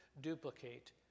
duplicate